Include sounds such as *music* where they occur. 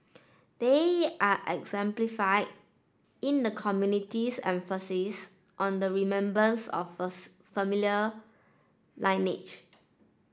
they are exemplified in the community's emphasis on the remembrance of *unintelligible* familiar lineage